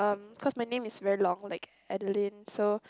um cause my name is very long like Adeline so